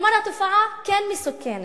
כלומר, התופעה כן מסוכנת,